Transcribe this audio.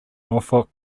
norfolk